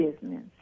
business